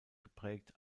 geprägt